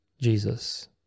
Jesus